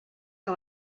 que